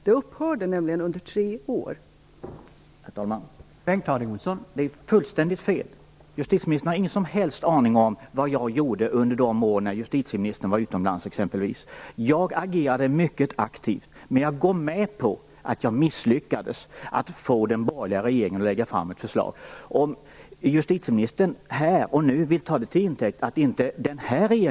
Det upphörde nämligen och fanns inte under tre år.